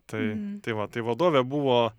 tai tai va tai vadovė buvo